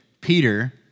Peter